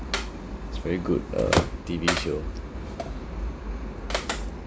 it's very good uh T_V show